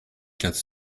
quatre